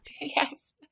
Yes